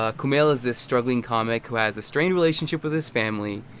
ah kumail is this struggling comic who has a strained relationship with his family.